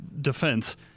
defense